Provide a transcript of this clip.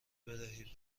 بدهید